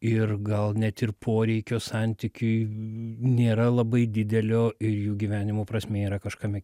ir gal net ir poreikio santykiui nėra labai didelio ir jų gyvenimo prasmė yra kažkame